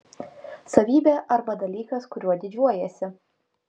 savybė arba dalykas kuriuo didžiuojiesi